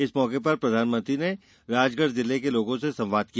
इस मौके पर प्रधानमंत्री ने राजगढ जिले के लोगों से संवाद किया